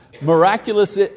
miraculous